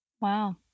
Wow